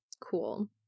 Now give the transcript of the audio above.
Cool